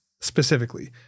specifically